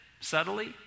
subtly